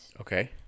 Okay